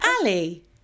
Ali